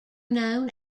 known